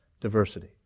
diversity